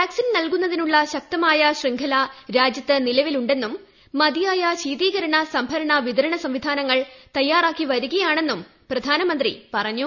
vaccine നൽകുന്നതിനുള്ള ശക്തമായ ശൃംഖല രാജ്യത്ത് നിലവിലുണ്ടെന്നും മതിയ്ക്ക് ശീതീകരണ സംഭരണ വിതരണ സംവിധാനങ്ങൾ ത്യൂറ്റാ്ക്കി വരികയാണെന്നും പ്രധാനമന്ത്രി പറഞ്ഞു